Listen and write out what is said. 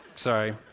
sorry